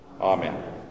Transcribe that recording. amen